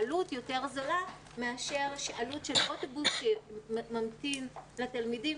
העלות יותר זולה מאשר עלות של אוטובוס שממתין לתלמידים